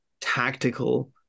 tactical